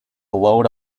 load